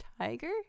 tiger